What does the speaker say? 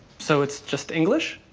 so it's just english?